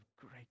great